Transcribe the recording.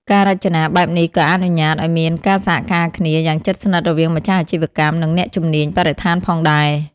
ការរចនាបែបនេះក៏អនុញ្ញាតឱ្យមានការសហការគ្នាយ៉ាងជិតស្និទ្ធរវាងម្ចាស់អាជីវកម្ម និងអ្នកជំនាញបរិស្ថានផងដែរ។